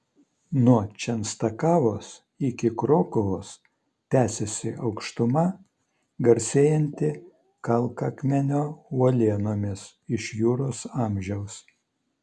nuo čenstakavos iki krokuvos tęsiasi aukštuma garsėjanti kalkakmenio uolienomis iš juros amžiaus